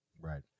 Right